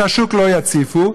את השוק לא יציפו,